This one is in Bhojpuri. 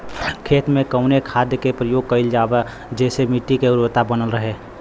खेत में कवने खाद्य के प्रयोग कइल जाव जेसे मिट्टी के उर्वरता बनल रहे?